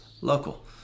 local